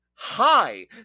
hi